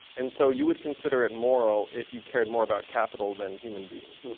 and so you would consider it moral if you cared more about capital than human beings,